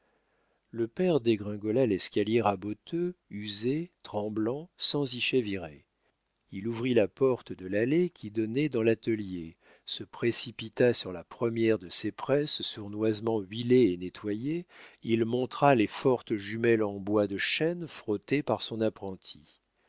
le père dégringola l'escalier raboteux usé tremblant sans y chavirer il ouvrit la porte de l'allée qui donnait dans l'atelier se précipita sur la première de ses presses sournoisement huilées et nettoyées il montra les fortes jumelles en bois de chêne frotté par son apprenti